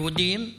יהודים,